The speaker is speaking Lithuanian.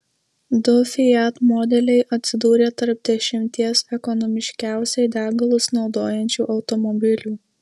du fiat modeliai atsidūrė tarp dešimties ekonomiškiausiai degalus naudojančių automobilių